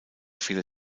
viele